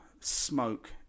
smoke